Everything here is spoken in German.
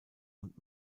und